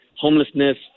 homelessness